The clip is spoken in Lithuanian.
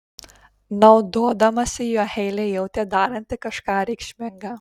naudodamasi juo heilė jautė daranti kažką reikšminga